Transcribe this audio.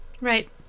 Right